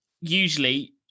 usually